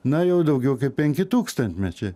na jau daugiau kaip penki tūkstantmečiai